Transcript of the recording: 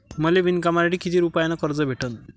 मले विणकामासाठी किती रुपयानं कर्ज भेटन?